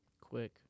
quick